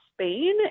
Spain